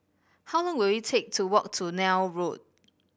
how long will it take to walk to Neil Road